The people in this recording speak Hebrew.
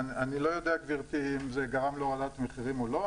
אני לא יודע גבירתי אם זה גרם להורדת מחירים או לא,